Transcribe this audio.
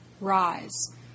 rise